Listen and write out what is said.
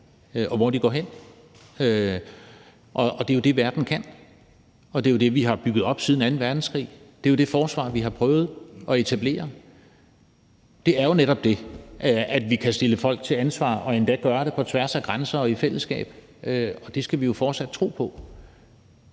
og hvor de går hen. Det er jo det, verden kan, og det er jo det, vi har bygget op siden anden verdenskrig. Det er jo det forsvar, vi har prøvet at etablere. Det er jo netop det, at vi kan stille folk til ansvar og endda gøre det på tværs af grænser og i fællesskab, og det skal vi jo fortsat tro på.